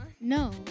No